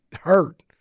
hurt